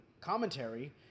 commentary